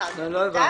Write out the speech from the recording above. נקרא